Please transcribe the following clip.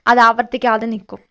ആവർത്തിക്കാതെ നിക്കും